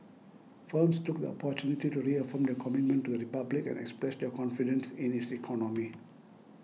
firms took the opportunity to reaffirm their commitment to the Republic and express their confidence in its economy